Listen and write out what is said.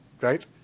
right